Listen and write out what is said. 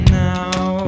now